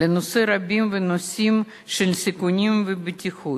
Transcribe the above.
בנושאים רבים ונושאים של סיכונים ובטיחות.